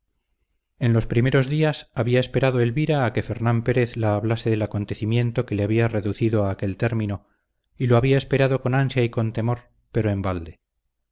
en los primeros días había esperado elvira a que fernán pérez la hablase del acontecimiento que le había reducido a aquel término y lo había esperado con ansia y con temor pero en balde